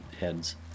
heads